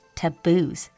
taboos